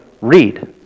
read